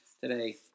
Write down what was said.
today